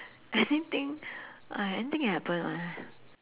anything uh anything can happen [one]